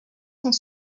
sont